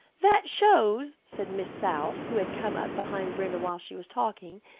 that shows, said miss south, who had come up behind brenda while she was talking,